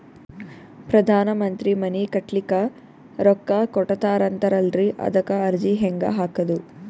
ಪ್ರಧಾನ ಮಂತ್ರಿ ಮನಿ ಕಟ್ಲಿಕ ರೊಕ್ಕ ಕೊಟತಾರಂತಲ್ರಿ, ಅದಕ ಅರ್ಜಿ ಹೆಂಗ ಹಾಕದು?